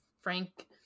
Frank